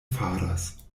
faras